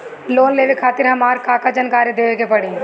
Loan लेवे खातिर हमार का का जानकारी देवे के पड़ी?